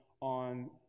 on